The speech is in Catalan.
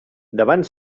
davant